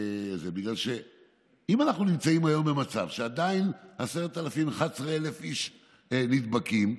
אם אנחנו נמצאים היום במצב שעדיין 10,000 11,000 איש נדבקים,